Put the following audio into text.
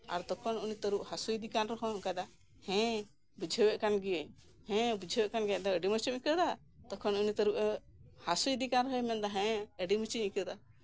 ᱛᱚᱠᱷᱚᱱ ᱩᱱᱤ ᱛᱟᱹᱨᱩᱵᱽ ᱦᱟᱹᱥᱩᱭᱮ ᱠᱟᱱ ᱨᱮᱦᱚᱸ ᱚᱱᱠᱟᱭ ᱫᱟᱭ ᱦᱮᱸ ᱵᱩᱡᱷᱟᱹᱣ ᱮᱜ ᱠᱟᱱ ᱜᱮᱭᱟᱹᱧ ᱦᱮᱸ ᱵᱩᱡᱷᱟᱹᱣ ᱮᱜ ᱠᱟᱱ ᱜᱮᱭᱟᱹᱧ ᱟᱫᱚ ᱟᱹᱰᱤ ᱢᱚᱸᱡ ᱮᱢ ᱟᱹᱭᱠᱟᱹᱣ ᱮᱫᱟ ᱛᱚᱠᱷᱚᱱ ᱩᱱᱤ ᱛᱟᱹᱨᱩᱵᱽ ᱮ ᱦᱟᱹᱥᱩᱭᱮᱫᱮ ᱠᱟᱱ ᱨᱮᱦᱚᱭ ᱢᱮᱱᱫᱟ ᱦᱮᱸ ᱟᱹᱰᱤ ᱢᱚᱸᱡ ᱤᱧ ᱟᱹᱭᱠᱟᱹᱣ ᱮᱫᱟ